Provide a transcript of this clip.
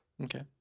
Okay